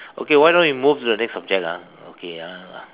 okay why don't we move to the next subject lah okay ya lah